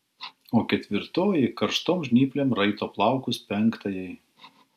o ketvirtoji karštom žnyplėm raito plaukus penktajai